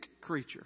creature